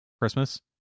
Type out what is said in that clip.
Christmas